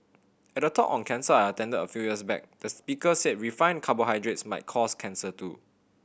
at a talk on cancer I attended a few years back the speaker said refined carbohydrates might cause cancer too